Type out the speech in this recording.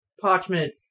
parchment